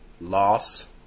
Loss